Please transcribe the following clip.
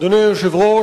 אדוני היושב-ראש,